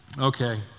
Okay